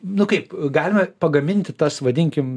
nu kaip galime pagaminti tas vadinkim